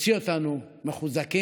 תוציא אותנו מחוזקים,